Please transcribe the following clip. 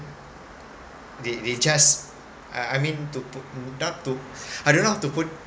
they they just I I mean to put not to I don't know how to put